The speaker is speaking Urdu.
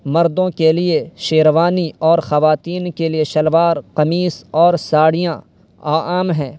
مردوں کے لیے شیروانی اور خواتین کے لیے شلوار قمیص اور ساڑیاں عام ہیں